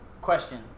Question